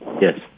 Yes